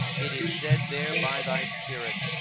it is said there by thy spirit,